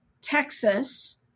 Texas